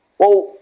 well,